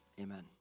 Amen